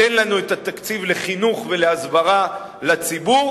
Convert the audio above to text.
תן לנו את התקציב לחינוך ולהסברה לציבור,